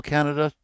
Canada